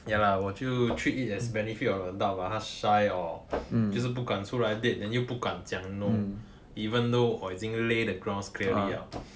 ya lah 我就 treat it as benefit of the doubt lah 她 shy or 就是不敢出来 date then 又不敢讲 no even though 我已经 lay the grounds clearly liao